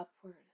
upward